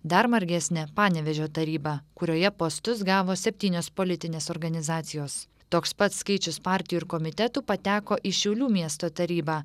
dar margesnė panevėžio taryba kurioje postus gavo septynios politinės organizacijos toks pat skaičius partijų ir komitetų pateko į šiaulių miesto tarybą